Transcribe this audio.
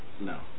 No